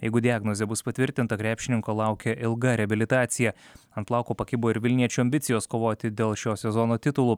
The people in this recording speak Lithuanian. jeigu diagnozė bus patvirtinta krepšininko laukia ilga reabilitacija ant plauko pakibo ir vilniečių ambicijos kovoti dėl šio sezono titulų